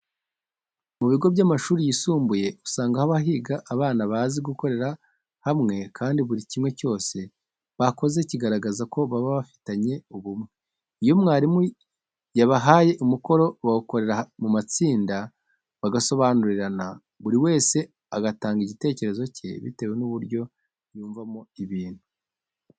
Mu bigo by'amashuri yisumbuye usanga haba higa abana bazi gukorera hamwe kandi buri kintu cyose bakoze kigaragaza ko baba bafitanye ubumwe. Iyo mwarimu yabahaye umukoro bawukorera mu matsinda, bagasobanurirana buri wese agatanga igiketekezo cye bitewe n'uburyo yumvamo ibintu.